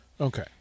okay